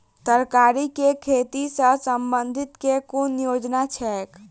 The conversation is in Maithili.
तरकारी केँ खेती सऽ संबंधित केँ कुन योजना छैक?